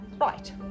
right